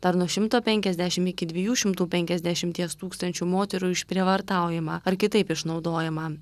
dar nuo šimto penkiasdešim iki dviejų šimtų penkiasdešimties tūkstančių moterų išprievartaujama ar kitaip išnaudojama